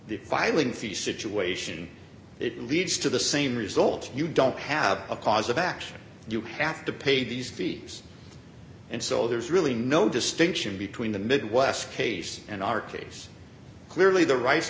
the filing fee situation it leads to the same result you don't have a cause of action and you have to pay these fees and so there's really no distinction between the midwest case and our case clearly the ri